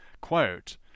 Quote